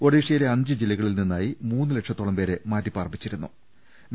ഒഡീഷയിലെ അഞ്ച് ജില്ലകളിൽ നിന്നായി മൂന്ന് ലക്ഷത്തോളം പേരെ മാറ്റിപാർപ്പിച്ചിട്ടുണ്ട്